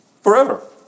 forever